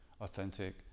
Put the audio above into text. authentic